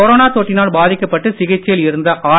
corona தொற்றினால் பாதிக்கப்பட்டு சிகிச்சையில் இருந்த ஆர்